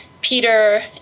Peter